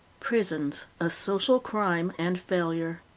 prisons a social crime and failure